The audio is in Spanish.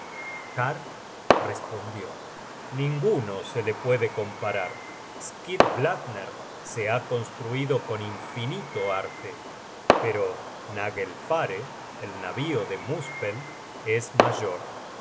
respondió ninguno se le puede comparar skidbladner se ha construido con infinito arte pero nagelfare el navío de muspel es mayor